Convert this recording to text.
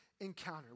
encounter